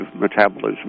metabolism